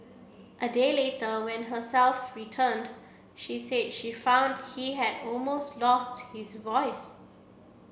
a day later when herself returned she said she found he had almost lost his voice